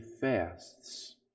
fasts